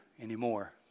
anymore